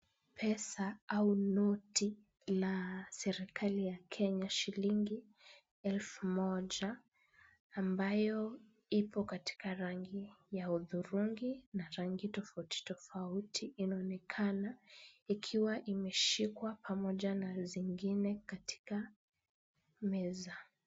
Pesa au noti la serikali ya Kenya, shilingi elfu moja ambayo ipo katika rangi ya hudhurungi na rangi tofauti tofauti. Inaonekana ikiwa imeshikwa pamoja na zingine katika meza.